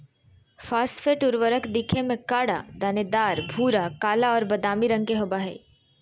phosphate उर्वरक दिखे में कड़ा, दानेदार, भूरा, काला और बादामी रंग के होबा हइ